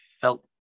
felt